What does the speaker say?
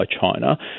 China